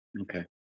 Okay